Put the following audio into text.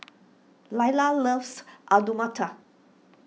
Lailah loves Alu Matar